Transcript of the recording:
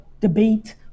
debate